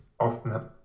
Often